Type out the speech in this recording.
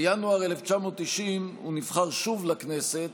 בינואר 1990 הוא נבחר שוב לכנסת,